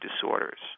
disorders